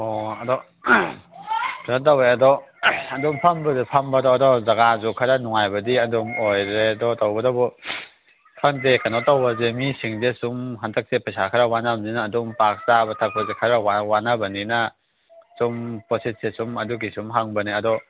ꯑꯣ ꯑꯗꯣ ꯀꯩꯅꯣ ꯇꯧꯔꯦ ꯑꯗꯣ ꯑꯗꯨ ꯐꯝꯕꯨꯗꯤ ꯐꯝꯕ ꯑꯗꯣ ꯖꯒꯥꯗꯨꯁꯨ ꯈꯔ ꯅꯨꯡꯉꯥꯏꯕꯗꯤ ꯑꯗꯨꯝ ꯑꯣꯏꯔꯦ ꯑꯗꯣ ꯇꯧꯕꯇꯕꯨ ꯈꯪꯗꯦ ꯀꯩꯅꯣ ꯇꯧꯕꯁꯦ ꯃꯤꯁꯤꯡꯁꯦ ꯁꯨꯝ ꯍꯟꯇꯛꯁꯦ ꯄꯩꯁꯥ ꯈꯔ ꯋꯥꯅꯕꯅꯤꯅ ꯑꯗꯨꯝ ꯄꯥꯛ ꯆꯥꯕ ꯊꯛꯄꯁꯦ ꯈꯔ ꯋꯥꯅꯕꯅꯤꯅ ꯁꯨꯝ ꯄꯣꯠꯁꯤꯠꯁꯦ ꯁꯨꯝ ꯑꯗꯨꯒꯤ ꯁꯨꯝ ꯍꯪꯕꯅꯦ ꯑꯗꯣ